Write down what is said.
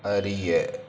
அறிய